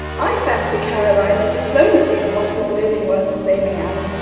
i fancy, caroline, that diplomacy is what lord illingworth is aiming at.